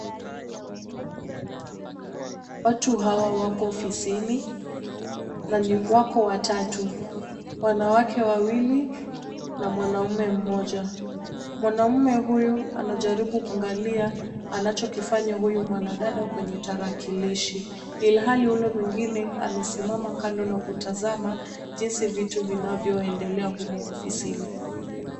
Watu hawa wako ofisini, na ni wako watatu, wanawake wawili na mwanamme mmoja. Mwanamme huyu anajaribu kuangalia anachokifanya huyu mwanadada kwenye tarakilishi. Ilihali yule mwingine amesimama kando na kutazama jinsi vitu vinavyoendelea humo ofisini.